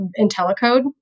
IntelliCode